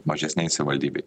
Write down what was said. mažesnėj savivaldybėj